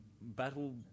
battle